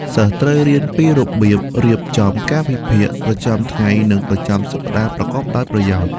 សិស្សត្រូវរៀនពីរបៀបរៀបចំកាលវិភាគប្រចាំថ្ងៃនិងប្រចាំសប្តាហ៍ប្រកបដោយប្រយោជន៍។